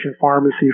pharmacy